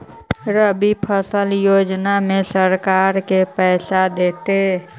रबि फसल योजना में सरकार के पैसा देतै?